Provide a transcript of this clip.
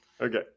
Okay